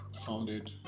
founded